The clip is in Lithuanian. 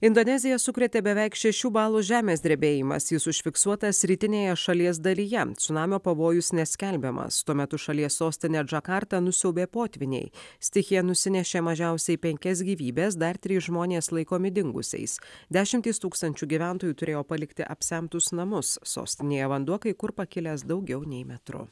indoneziją sukrėtė beveik šešių balų žemės drebėjimas jis užfiksuotas rytinėje šalies dalyje cunamio pavojus neskelbiamas tuo metu šalies sostinę džakartą nusiaubė potvyniai stichija nusinešė mažiausiai penkias gyvybes dar trys žmonės laikomi dingusiais dešimtys tūkstančių gyventojų turėjo palikti apsemtus namus sostinėje vanduo kai kur pakilęs daugiau nei metru